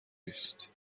نیست